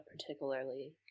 particularly